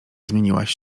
zmieniłaś